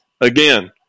again